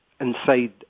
inside